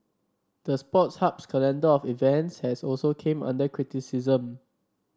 the Sports Hub's calendar of events has also came under criticism